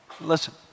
Listen